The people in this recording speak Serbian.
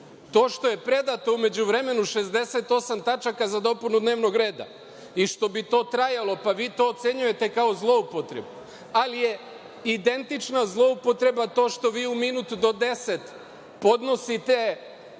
što je predato u međuvremenu 68 tačaka za dopunu dnevnog reda i što bi to trajalo, pa vi to ocenjujete kao zloupotrebu, ali je identična zloupotreba to što vi u minut do deset podnosite